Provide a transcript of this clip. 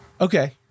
Okay